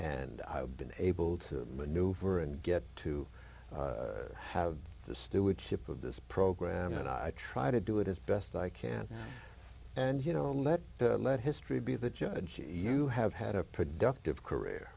and i've been able to maneuver and get to have the stewardship of this program and i try to do it as best i can and you know let's let history be the judge you have had a productive